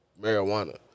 marijuana